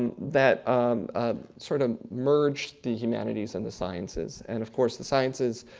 that sort of merge the humanities and the sciences. and of course, the sciences,